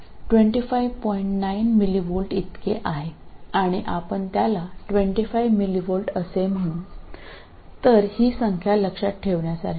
ഞങ്ങൾ ഇത് പലപ്പോഴും വെറും 25 mv ഉപയോഗിച്ച് ഏകദേശം കണക്കാക്കും